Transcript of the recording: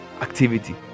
activity